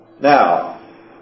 Now